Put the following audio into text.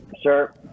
Sure